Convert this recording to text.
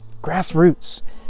grassroots